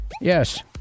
Yes